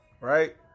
right